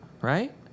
right